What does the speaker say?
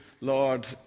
Lord